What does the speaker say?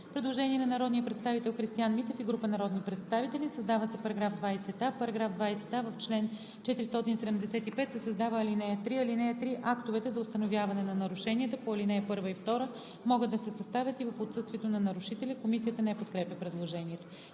Предложение на народния представител Христиан Митев и група народни представители: „Създава се § 20а: „§ 20а. В чл. 475 се създава ал. 3: (3) Актовете за установяване на нарушенията по ал. 1 и 2 могат да се съставят и в отсъствието на нарушителя.“ Комисията не подкрепя предложението.